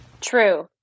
True